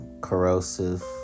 corrosive